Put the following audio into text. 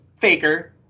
Faker